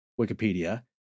Wikipedia